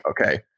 Okay